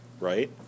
right